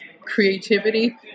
creativity